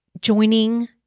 Joining